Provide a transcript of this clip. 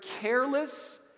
careless